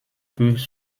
peuvent